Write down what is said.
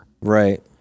Right